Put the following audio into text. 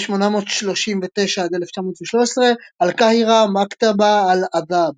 مصر 1839 - 1913 القاهرة مكتبة الآداب,